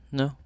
no